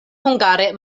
hungare